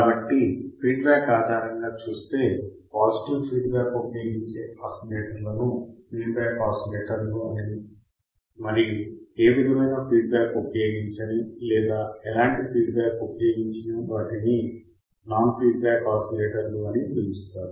కాబట్టి ఫీడ్బ్యాక్ ఆధారంగా చూస్తే పాజిటివ్ ఫీడ్బ్యాక్ ఉపయోగించే ఆసిలేటర్లను ఫీడ్బ్యాక్ ఆసిలేటర్లు అని మరియు ఏ విధమైన ఫీడ్బ్యాక్ ఉపయోగించని లేదా ఎలాంటి ఫీడ్బ్యాక్ ఉపయోగించని వాటిని నాన్ ఫీడ్బ్యాక్ ఆసిలేటర్లు అని పిలుస్తారు